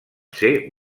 ser